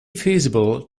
feasible